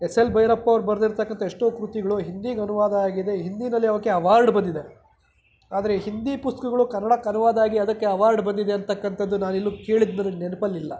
S L Bhyrappa ಅವ್ರು ಬರೆದಿರ್ತಕ್ಕಂಥ ಎಷ್ಟೋ ಕೃತಿಗಳು ಹಿಂದಿಗೆ ಅನುವಾದ ಆಗಿದೆ ಹಿಂದಿನಲ್ಲಿ ಅವಕ್ಕೆ ಅವಾರ್ಡ್ ಬಂದಿದೆ ಆದರೆ ಹಿಂದಿ ಪುಸ್ತಕಗಳು ಕನ್ನಡಕ್ಕೆ ಅನುವಾದ ಆಗಿ ಅದಕ್ಕೆ ಅವಾರ್ಡ್ ಬಂದಿದೆ ಅಂತಕಂಥದ್ದು ನಾನೆಲ್ಲೂ ಕೇಳಿದ ನನಗೆ ನೆನಪಲ್ಲಿಲ್ಲ